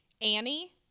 Annie